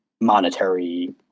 monetary